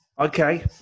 Okay